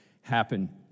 happen